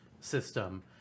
system